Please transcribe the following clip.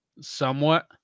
somewhat